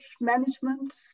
management